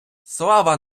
слава